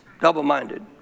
Double-minded